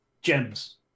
gems